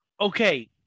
Okay